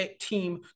team